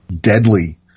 deadly